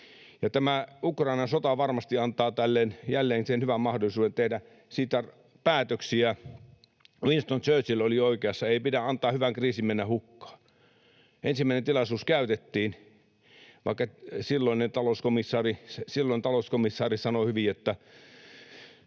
Ukrainan sota varmasti antaa jälleen hyvän mahdollisuuden tehdä siitä päätöksiä. Winston Churchill oli oikeassa: ei pidä antaa hyvän kriisin mennä hukkaan. Ensimmäinen tilaisuus käytettiin, vaikka silloin talouskomissaari sanoi hyvin, että